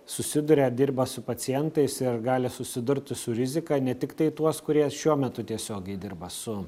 susiduria dirba su pacientais ir gali susidurti su rizika ne tiktai tuos kurie šiuo metu tiesiogiai dirba su